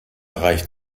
reicht